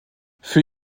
für